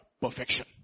Perfection